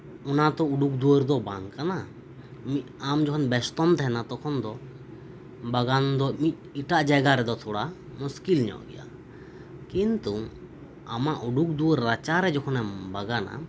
ᱚᱱᱟ ᱛᱚ ᱩᱰᱩᱠ ᱫᱩᱣᱟᱹᱨ ᱫᱚ ᱵᱟᱝ ᱠᱟᱱᱟ ᱟᱢ ᱡᱚᱠᱷᱚᱱ ᱵᱮᱥᱛᱚᱢ ᱛᱟᱦᱮᱱᱟ ᱩᱱ ᱛᱚᱠᱷᱚᱱ ᱫᱚ ᱵᱟᱜᱟᱱ ᱫᱚ ᱮᱴᱟᱜ ᱡᱟᱭᱜᱟ ᱨᱮᱫᱚ ᱛᱷᱚᱲᱟ ᱢᱩᱥᱠᱤᱞ ᱧᱚᱜ ᱜᱮᱭᱟ ᱠᱤᱱᱛᱩ ᱟᱢᱟᱜ ᱩᱰᱩᱠ ᱫᱩᱣᱟᱹᱨ ᱨᱟᱪᱟᱨᱮ ᱡᱚᱠᱷᱚᱱ ᱮᱢ ᱵᱟᱜᱟᱱᱟ